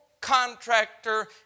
contractor